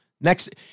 Next